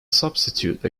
substitute